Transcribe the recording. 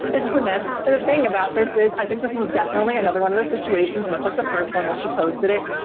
it's just a mess. and the thing about this is i think this was definitely another one of those situations, much like the first one where she posted it